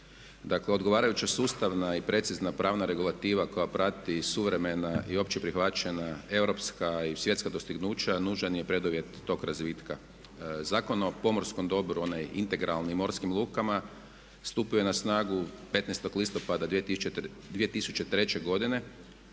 Dakle odgovarajuća sustavna i precizna pravna regulativa koja prati suvremena i opće prihvaćena europska i svjetska dostignuća nužan je preduvjet tog razvitka. Zakon o pomorskom dobru, onaj integralni o morskim lukama stupio je na snagu 15.listopada 2003.godine